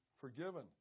forgiven